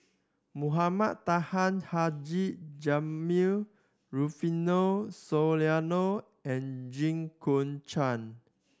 Mohamed Taha Haji Jamil Rufino Soliano and Jit Koon Ch'ng